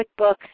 QuickBooks